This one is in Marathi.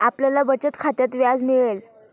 आपल्याला बचत खात्यात व्याज मिळेल